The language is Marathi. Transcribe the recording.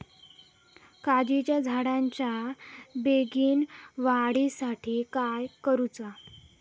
काजीच्या झाडाच्या बेगीन वाढी साठी काय करूचा?